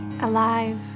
alive